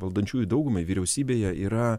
valdančiųjų daugumai vyriausybėje yra